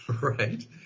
Right